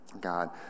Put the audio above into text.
God